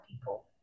people